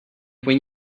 when